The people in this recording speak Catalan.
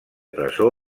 presó